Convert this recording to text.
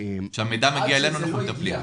כשהמידע מגיע אלינו, אנחנו מטפלים.